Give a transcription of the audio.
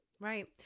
Right